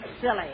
silly